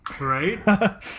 Right